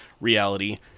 reality